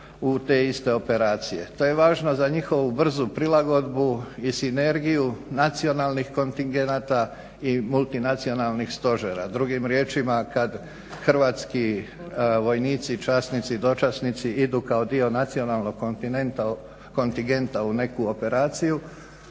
u te iste operacije. To je važno za njihovu brzu prilagodbu i sinergiju nacionalnih kontingenata i multinacionalnih stožera. Drugim riječima, kad hrvatski vojnici i časnici, dočasnici idu kao dio nacionalnog kontingenta u neku operaciju